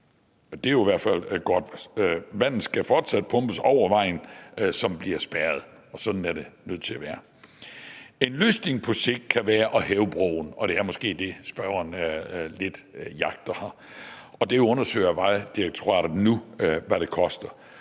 det er jo i hvert fald godt. Vandet skal fortsat pumpes over vejen, som bliver spærret, og sådan er det nødt til at være. En løsning på sigt kan være at hæve broen, og det er måske også det, som spørgeren lidt jagter her. Det undersøger Vejdirektoratet nu hvad koster,